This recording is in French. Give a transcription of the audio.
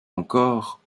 encore